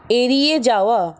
এড়িয়ে যাওয়া